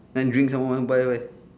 then drink some more want to buy where